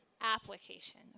application